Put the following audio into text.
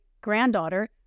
granddaughter